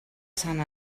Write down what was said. sant